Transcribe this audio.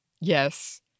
Yes